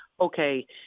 okay